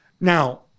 Now